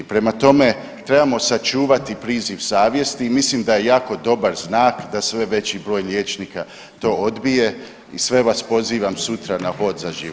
Prema tome, trebamo sačuvati priziv savjesti i mislim da je jako dobar znak da sve veći broj liječnika to odbije i sve vas pozivam sutra na „Hod za život“